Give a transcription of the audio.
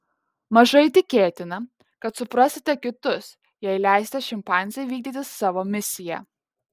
mažai tikėtina kad suprasite kitus jei leisite šimpanzei vykdyti savo misiją